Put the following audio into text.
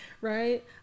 Right